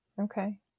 okay